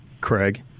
Craig